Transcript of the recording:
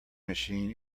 machine